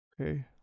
Okay